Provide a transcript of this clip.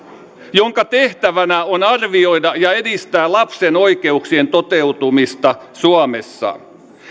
jonka tehtävänä on arvioida ja edistää lapsen oikeuksien toteutumista suomessa